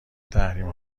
تحریم